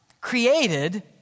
created